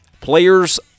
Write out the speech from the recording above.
players